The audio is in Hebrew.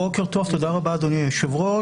בוקר טוב, תודה רבה אדוני היושב-ראש.